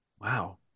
Wow